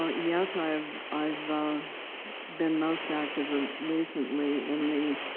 ah yes, i've i've been most active ah recently in the